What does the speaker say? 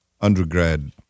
undergrad